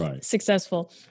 successful